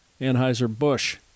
Anheuser-Busch